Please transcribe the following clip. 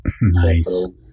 Nice